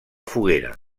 foguera